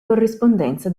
corrispondenza